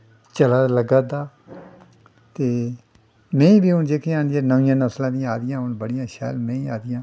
चलादा लग्गा दा ते मैहीं बी हून जेह्ड़ियां न नमीं नसला दियां आदियां हून बड़ी शैल मैहीं आइदियां हून